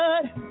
good